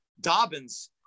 Dobbins